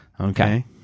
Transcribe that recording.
Okay